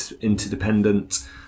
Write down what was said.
interdependent